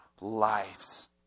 lives